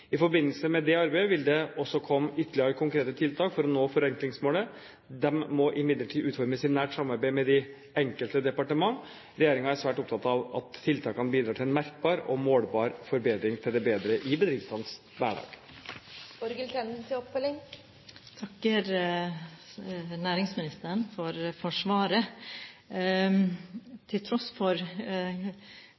I forbindelse med det arbeidet vil det også komme ytterligere konkrete tiltak for å nå forenklingsmålet. Disse må imidlertid utformes i nært samarbeid med de enkelte departementer. Regjeringen er svært opptatt av at tiltakene bidrar til en merkbar og målbar forbedring til det bedre i bedriftenes hverdag. Jeg takker næringsministeren for svaret. Til tross for det svaret